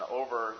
over